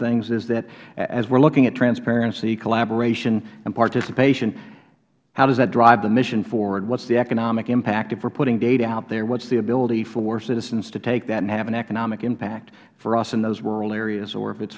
things is that as we are looking at transparency collaboration and participation how does that drive the mission forward what is the economic impact if we are putting data out there what is the ability for citizens to take that and have an economic impact for us in those rural areas or if it